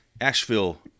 Asheville